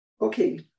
Okay